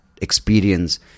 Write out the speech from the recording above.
experience